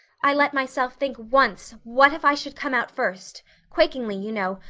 i let myself think once, what if i should come out first quakingly, you know,